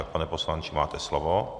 Pane poslanče, máte slovo.